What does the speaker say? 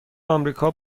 آمریکا